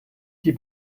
die